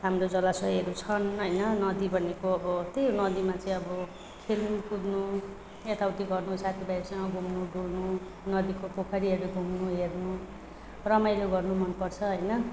हाम्रो जलाशयहरू छन् होइन नदी भनेको अब त्यही हो नदीमा चाहिँ अब खेल्नु कुद्नु यताउति गर्नु साथीभाइहरूसँग घुम्नु डुल्नु नदीको पोखरीहरू घुम्नु हेर्नु रमाइलो गर्नु मनपर्छ होइन